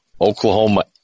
Oklahoma